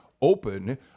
open